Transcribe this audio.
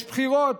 יש בחירות,